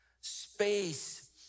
space